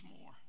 more